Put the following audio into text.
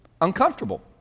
uncomfortable